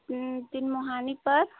तीन मोहानी पर